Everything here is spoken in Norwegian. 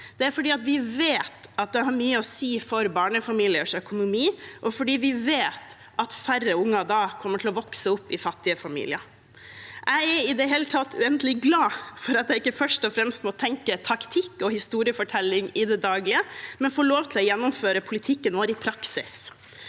Det er fordi vi vet at det har mye å si for barnefamiliers økonomi, og fordi vi vet at færre unger da kommer til å vokse opp i fattige familier. Jeg er i det hele tatt uendelig glad for at jeg ikke først og fremst må tenke taktikk og historiefortelling i det daglige, men får lov til å gjennomføre politikken vår i praksis.